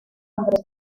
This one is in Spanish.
nombres